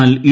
എന്നാൽ ഇ